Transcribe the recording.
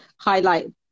highlight